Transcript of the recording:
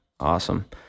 Awesome